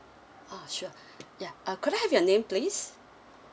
ah sure ya uh could I have your name please